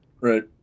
Right